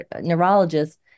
neurologist